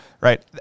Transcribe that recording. right